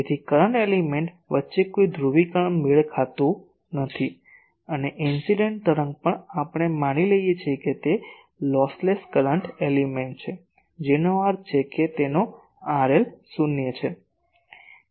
તેથી current element વચ્ચે કોઈ ધ્રુવીકરણ મેળ ખાતું નથી અને ઇન્સીડેંટ તરંગ પણ આપણે માની લઈએ છીએ કે તે એક લોસલેસ કરંટ એલિમેન્ટ છે જેનો અર્થ છે કે તેનો RL શૂન્ય છે